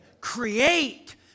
create